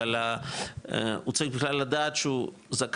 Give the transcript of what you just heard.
אבל הוא צריך בכלל לדעת שהוא זכאי,